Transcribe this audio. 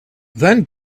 then